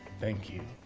thank you.